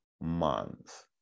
month